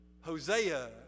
Hosea